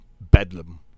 bedlam